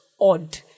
odd